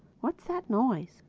what's that noise?